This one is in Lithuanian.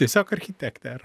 tiesiog architektė ar